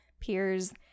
peers